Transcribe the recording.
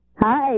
Hi